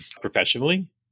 professionally